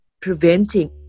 preventing